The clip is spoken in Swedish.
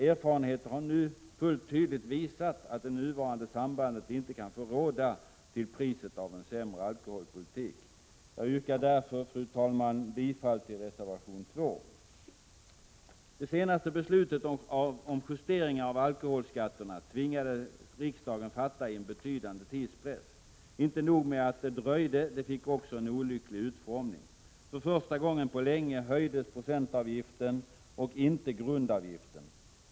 Erfarenheten har nu fullt tydligt visat att det nuvarande sambandet inte kan få råda till priset av en sämre alkoholpolitik. Jag yrkar därför, fru talman, bifall till reservation 2. Det senaste beslutet om justeringar av alkoholskatterna tvingades riksdagen fatta under betydande tidspress. Inte nog med att det dröjde — det fick också en olycklig utformning. För första gången på länge höjdes procentavgiften och inte grundavgiften.